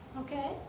okay